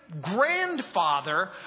Grandfather